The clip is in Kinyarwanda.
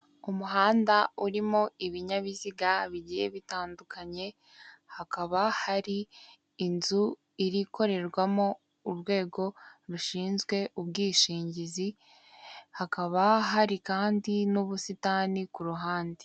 Umuhanda urimo ibinyabiziga bigiye bitandukanye hakaba hari inzu irikorerwamo urwego rushinzwe ubwishingizi hakaba hari kandi n'ubusitani k'uruhande.